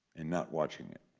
and not watching it.